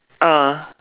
ah